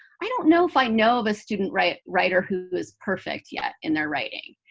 i don't know if i know of a student writer writer who is perfect yet in their writing.